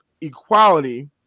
equality